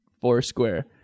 Foursquare